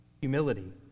humility